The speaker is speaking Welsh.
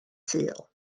sul